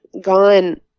gone